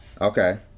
Okay